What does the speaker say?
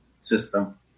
system